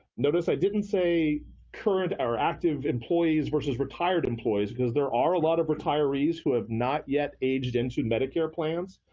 notice i didn't say current or active employees vs retired employees, because there are a lot of retirees who have not yet aged into medicare plans.